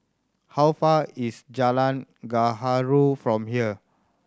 how far is Jalan Gaharu from here